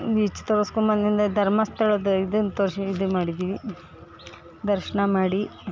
beach ತೋರಿಸ್ಕೊ ಬಂದ್ನೆಂದ್ರೆ ಧರ್ಮಸ್ಥಳದ ಇದನ್ನು ತೋರ್ಸಿ ಇದು ಮಾಡಿದ್ವಿ ದರ್ಶನ ಮಾಡಿ